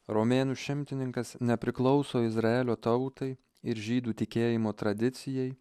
romėnų šimtininkas nepriklauso izraelio tautai ir žydų tikėjimo tradicijai